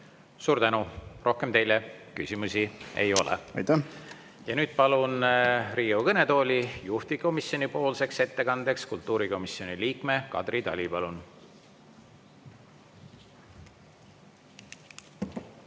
Suur tänu! Rohkem teile küsimusi ei ole. Aitäh! Aitäh! Nüüd palun Riigikogu kõnetooli juhtivkomisjonipoolseks ettekandeks kultuurikomisjoni liikme Kadri Tali. Palun!